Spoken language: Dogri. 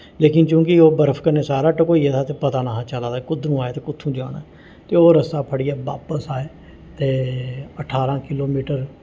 लेकिन चूंकि ओह् बर्फ कन्नै सारा ढकोई गेदा हा ते पता निहां हा चला दा कुद्धरों आए ते कु'त्थों जाना ऐ ते ओह् रस्ता फड़ियै बापस आए ते अठारां किलोमीटर